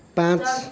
पाँच